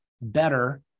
better